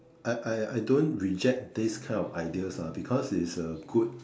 I I I don't reject this kind of ideas ah because it's a good